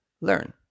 learn